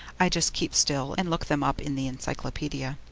i just keep still and look them up in the encyclopedia.